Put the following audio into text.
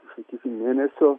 sakysim mėnesio